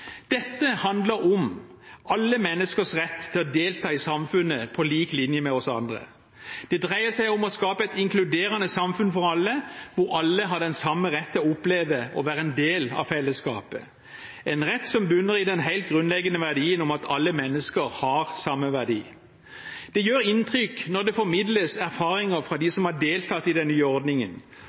Dette handler om alle menneskers rett til å delta i samfunnet på lik linje med oss andre. Det dreier seg om å skape et inkluderende samfunn for alle, hvor alle har den samme rett til å oppleve å være en del av fellesskapet – en rett som bunner i den helt grunnleggende verdien om at alle mennesker har samme verdi. Det gjør inntrykk når det formidles erfaringer fra dem som har deltatt i den nye ordningen,